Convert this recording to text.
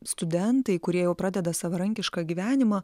studentai kurie jau pradeda savarankišką gyvenimą